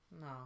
No